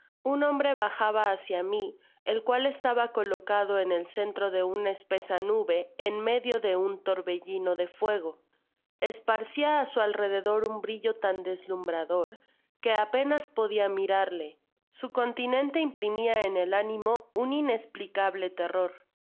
un hombre bajaba hácia mi el cual estaba colocado en el centro de una espesa nube en medio de un torbellino de fuego esparcia á su alrededor un brillo tan deslumbrador que apenas podia mirarle su continente imprimia en el ánimo un inesplicable terror la